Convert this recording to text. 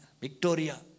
Victoria